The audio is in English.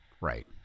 Right